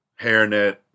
hairnet